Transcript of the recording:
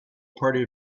party